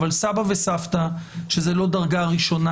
אבל סבא וסבתא שזה לא דרגה ראשונה.